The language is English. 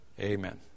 Amen